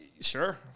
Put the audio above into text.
Sure